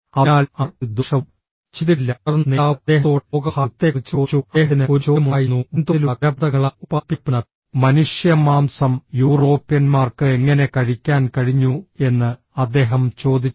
അതിനാൽ അവർ ഒരു ദോഷവും ചെയ്തിട്ടില്ല തുടർന്ന് നേതാവ് അദ്ദേഹത്തോട് ലോകമഹായുദ്ധത്തെക്കുറിച്ച് ചോദിച്ചു അദ്ദേഹത്തിന് ഒരു ചോദ്യമുണ്ടായിരുന്നു വൻതോതിലുള്ള കൊലപാതകങ്ങളാൽ ഉൽപാദിപ്പിക്കപ്പെടുന്ന മനുഷ്യ മാംസം യൂറോപ്യന്മാർക്ക് എങ്ങനെ കഴിക്കാൻ കഴിഞ്ഞു എന്ന് അദ്ദേഹം ചോദിച്ചു